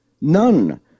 None